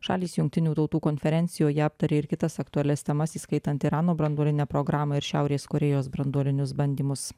šalys jungtinių tautų konferencijoje aptarė ir kitas aktualias temas įskaitant irano branduolinę programą ir šiaurės korėjos branduolinius bandymus